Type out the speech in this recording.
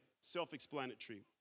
self-explanatory